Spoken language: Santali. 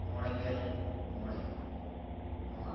ᱢᱚᱬᱮ ᱜᱮᱞ ᱢᱚᱬᱮ ᱱᱚᱣᱟ